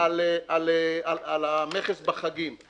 -- על המכס בחגים.